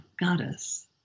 goddess